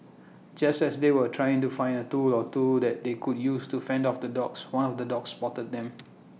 just as they were trying to find A tool or two that they could use to fend off the dogs one of the dogs spotted them